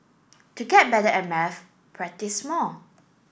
to get better at maths practise more